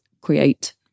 create